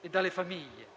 e dalle famiglie.